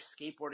skateboarding